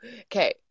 Okay